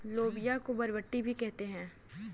लोबिया को बरबट्टी भी कहते हैं